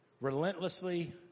relentlessly